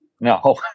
No